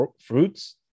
fruits